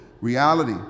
reality